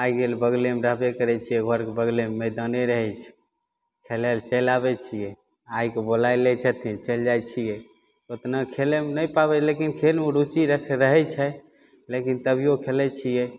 आइ गेल बगलेमे रहबय करय छियै घरके बगलेमे मैदाने रहय छै खेलइ लए चलि आबय छियै आइके बोलाय लै छथिन चलि जाइ छियै ओतना खेलयमे नहि पाबय लेकिन खेलमे रूचि रखय रहय छै लेकिन तभियो खेलय छियै